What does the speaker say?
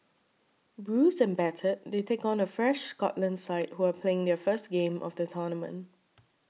bruised and battered they take on a fresh Scotland side who are playing their first game of the tournament